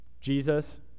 Jesus